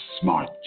smart